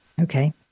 Okay